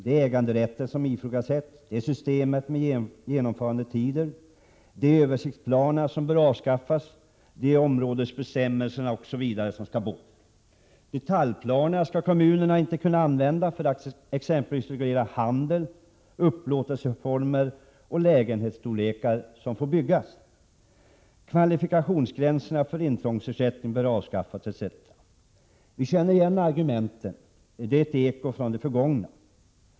Det är äganderätten och systemet med genomförandetider som ifrågasätts. Det är översiktsplanerna som bör avskaffas. Det är områdesbestämmelserna som skall bort. Detaljplanerna skall kommunerna inte kunna använda för att exempelvis reglera handel, upplåtelseformer och storleken på lägenheter som får byggas. Kvalifikationsgränserna för intrångsersättning bör avskaffas etc. Vi känner igen argumenten. De är ett eko från det förgångna.